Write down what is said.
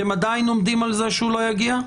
אתם עדיין עומדים על זה שהוא לא יגיע?